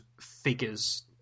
figures